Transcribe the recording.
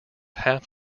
half